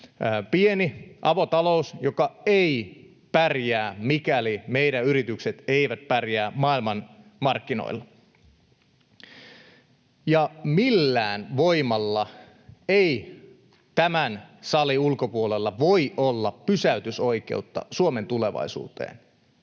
pieni avotalous, joka ei pärjää, mikäli meidän yrityksemme eivät pärjää maailmanmarkkinoilla. Ja millään voimalla ei tämän salin ulkopuolella voi olla pysäytysoikeutta Suomen tulevaisuuteen